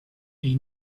they